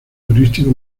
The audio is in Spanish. turístico